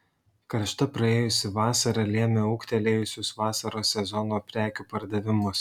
karšta praėjusi vasara lėmė ūgtelėjusius vasaros sezono prekių pardavimus